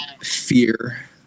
fear